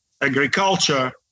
agriculture